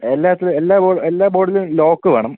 എല്ലാത്തിലും എല്ലാ ബോർഡ് എല്ലാ ബോർഡിലും ലോക്ക് വേണം